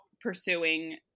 pursuing